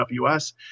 AWS